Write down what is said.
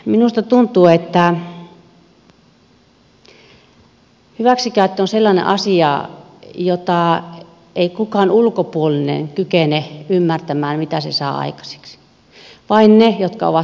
minusta tuntuu että hyväksikäyttö on sellainen asia josta ei kukaan ulkopuolinen kykene ymmärtämään mitä se saa aikaiseksi vain ne jotka ovat sen kokeneet